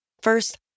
First